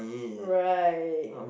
right